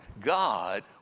God